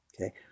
okay